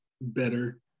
better